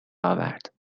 آورد